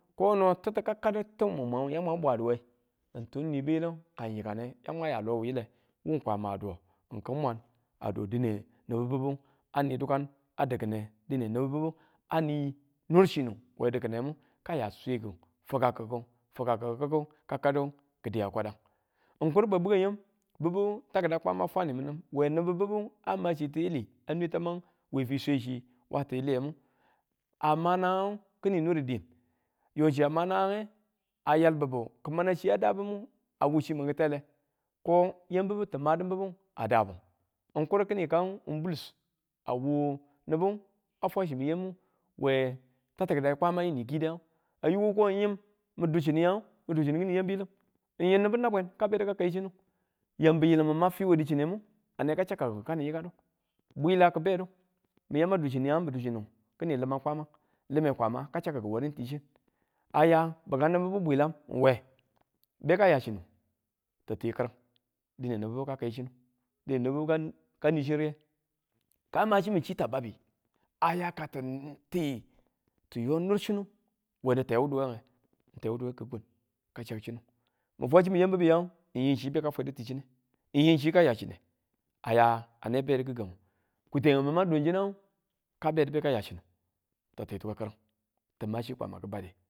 Kono titi ka kadu tin mun no ya mwang bwaduwe, ntun ni biyilim kan n yikane yamwa ya lo wuyile wu Kwama do n kinmwa, a do dine nibubu a ni dukan a dikinne dine nibubu a ni niir chinu we dikinewu kaya swiki fikakiku, fikakiku ka kadu kidiya kwadan, n kur ba bikam yam bibu takida kwama fwanimin, we nibu bibu a wa chi tiyili a mwe tamangmu we fiswe chi wa tiyiliyemu a ma naangu kini niir diin, yo chi a ma nansnge a yalbu kimana chi ya daabu a wuchimun kittele ko yambubu ti madumu a daabu n kwur kini kang bulus, a wo nibu a fwaschi mun yammuwe tattikidai kwamamu ni kidang ayi ko ying mu duchinyeng mu duchinkini yam biyilim n ying nibu nabwen ka kai chini yam biyilim ma fi we duchinemu a nwe ka chakkuku kanu yakadu bwila kibedu min yama duchinuyang miduchinu kini limang twama lime kwama ka chakkuku ware ti chin aya bukan nibubu bwilang be ka yachini ti ti kir dine nibubu ka kai chin dine nibubu nichin ware ka machimu chi tababbi aya ka tin ti ti yoniir chinu we di tewuduweng n tewuduwe ka kunu kachaku chinu min fwachimin yam bibu yagu n yim chi beka fwedu ti chine n yim, chi ka ya chine a ya a ne bedu kigangu kutengu mang dun chinagu kabedu beka ya chinu ti tituwe ki̱n tima chi kwama ki bade.